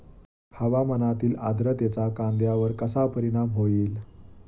हवामानातील आर्द्रतेचा कांद्यावर कसा परिणाम होईल?